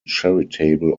charitable